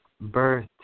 birth